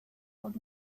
old